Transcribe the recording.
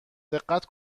دقت